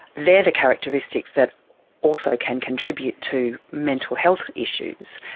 they are the characteristics that also can contribute to mental health issues,